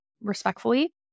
respectfully